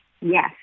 yes